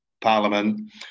Parliament